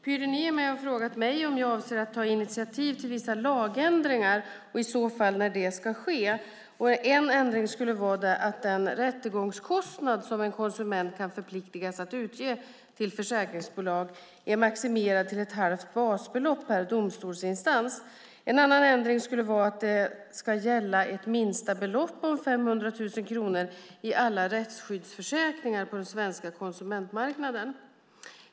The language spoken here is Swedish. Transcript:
Herr talman! Pyry Niemi har frågat mig om jag avser att ta initiativ till vissa lagändringar och i så fall när detta ska ske. En ändring skulle vara att den rättegångskostnad som en konsument kan förpliktas att utge till försäkringsbolag är maximerad till ett halvt basbelopp per domstolsinstans. En annan ändring skulle vara att det ska gälla ett minsta belopp om 500 000 kronor i alla rättsskyddsförsäkringar på den svenska konsumentmarknaden.